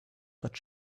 but